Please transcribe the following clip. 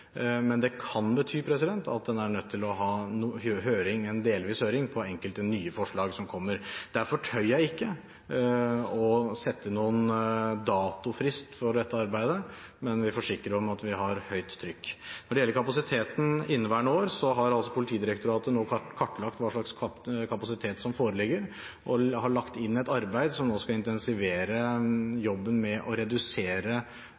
Men det kan bety at en er nødt til å ha en delvis høring på enkelte nye forslag som kommer. Derfor tør jeg ikke å sette noen datofrist for dette arbeidet, men vil forsikre om at vi har høyt trykk. Når det gjelder kapasiteten i inneværende år, har Politidirektoratet nå kartlagt hva slags kapasitet som foreligger, og har lagt inn et arbeid som nå skal intensivere